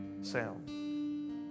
sound